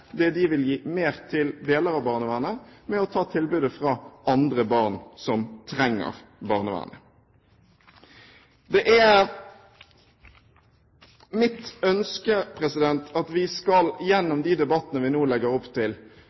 det de vil gi mer til i deler av barnevernet, med å ta tilbudet fra andre barn som trenger barnevernet. Det er mitt ønske at vi gjennom de debattene vi nå legger opp til,